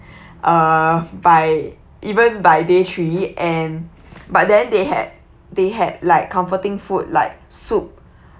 uh by even by day chilly and but then they had they had like comforting food like soup